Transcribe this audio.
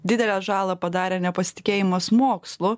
didelę žalą padarė nepasitikėjimas mokslu